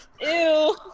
Ew